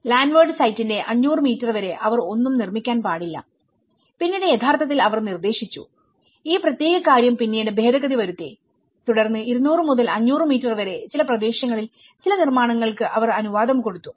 landward സൈറ്റിന്റെ500 metre വരെ അവർ ഒന്നും നിർമ്മിക്കാൻ പാടില്ല പിന്നീട് യഥാർത്ഥത്തിൽ അവർ നിർദ്ദേശിച്ചു ഈ പ്രത്യേക കാര്യം പിന്നീട് ഭേദഗതി വരുത്തി തുടർന്ന് 200 മുതൽ 500 മീറ്റർ വരെ ചില പ്രദേശങ്ങളിൽ ചില നിർമ്മാണങ്ങൾക്ക് അവർ അനുവാദം കൊടുത്തു